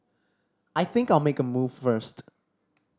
I think I'll make a move first